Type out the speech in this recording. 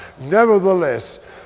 nevertheless